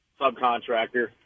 subcontractor